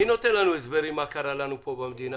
מי נותן לנו הסברים מה קרה לנו במדינה?